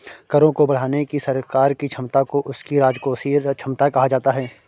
करों को बढ़ाने की सरकार की क्षमता को उसकी राजकोषीय क्षमता कहा जाता है